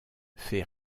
fait